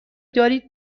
دارید